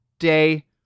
Day